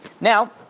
now